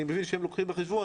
אני מבין שהם לוקחים בחשבון,